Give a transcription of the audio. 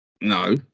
No